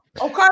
okay